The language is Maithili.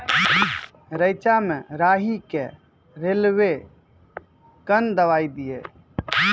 रेचा मे राही के रेलवे कन दवाई दीय?